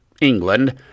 England